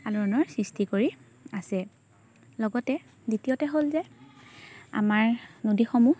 আলোড়নৰ সৃষ্টি কৰি আছে লগতে দ্বিতীয়তে হ'ল যে আমাৰ নদীসমূহ